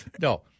No